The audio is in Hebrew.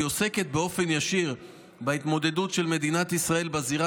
היא עוסקת באופן ישיר בהתמודדות של מדינת ישראל בזירה